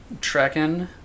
tracking